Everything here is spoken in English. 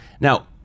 Now